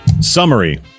Summary